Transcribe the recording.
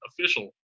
official